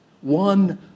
one